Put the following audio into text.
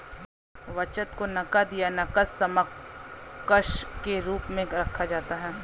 बचत को नकद या नकद समकक्ष के रूप में रखा जाता है